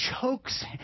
chokes